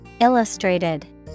Illustrated